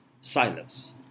silence